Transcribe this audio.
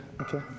Okay